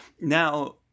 Now